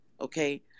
Okay